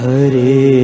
Hare